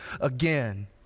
again